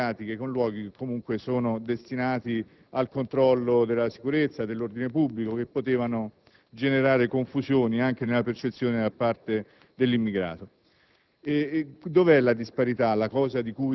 meno quella commistione di pratiche burocratiche con luoghi che comunque sono destinati al controllo della sicurezza e dell'ordine pubblico e che comunque poteva generare confusione nella percezione da parte dell'immigrato.